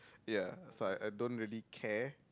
ya that's why I don't really care